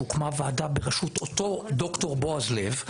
הוקמה ועדה בראשות אותו ד"ר בועז לב,